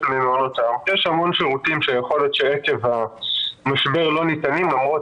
יש המון שירותים שיכול להיות שעקב המשבר לא ניתנים למרות